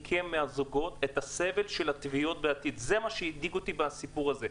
מהזוגות את הסבל של תביעות בעתיד זה מה שהדאיג אותי בסיפור הזה.